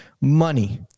money